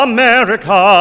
America